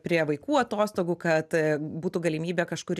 prie vaikų atostogų kad būtų galimybė kažkur